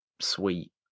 sweet